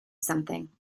something